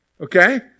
okay